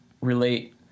relate